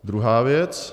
Druhá věc.